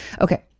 Okay